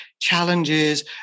challenges